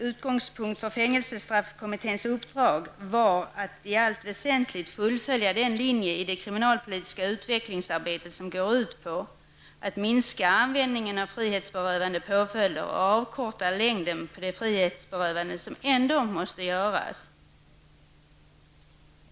Utgångspunkten för fängelsestraffkommitténs uppdrag var att i allt väsentligt fullfölja den linje i det kriminalpolitiska utvecklingsarbetet som går ut på att minska användningen av frihetsberövande påföljder och minska tiden på de frihetsberövanden som ändå måste göras.